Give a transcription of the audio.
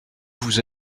vous